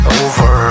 over